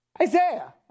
Isaiah